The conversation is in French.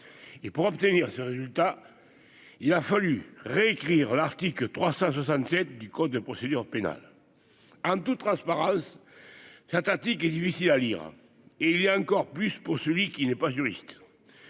et pour obtenir ces résultats, il a fallu réécrire l'article 367 du code de procédure pénale, en toute transparence, sa tactique est difficile à lire, et il y a encore plus pour celui qui n'est pas juriste,